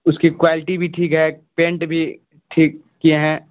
اس کی کوالٹی بھی ٹھیک ہے پینٹ بھی ٹھیک کیے ہیں